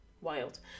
Wild